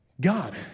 God